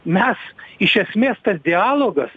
mes iš esmės tas dialogas